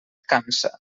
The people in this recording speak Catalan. cansa